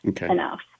enough